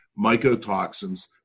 mycotoxins